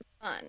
fun